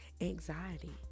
anxiety